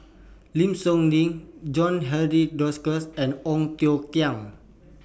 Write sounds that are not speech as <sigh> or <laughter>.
Lim Soo Ngee John Henry <unintelligible> and Ong Tiong Khiam